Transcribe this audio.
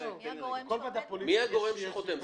מי הגורם שחותם?